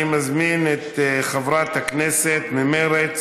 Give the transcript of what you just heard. אני מזמין את חברת הכנסת ממרצ